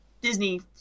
Disney